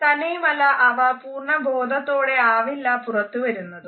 തന്നെയുമല്ല അവ പൂര്ണബോധത്തോടെ ആവില്ല പുറത്തു വരുന്നതും